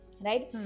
right